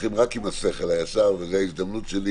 הולכים רק עם השכל הישר וזאת ההזדמנות שלי